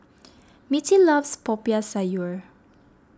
Mittie loves Popiah Sayur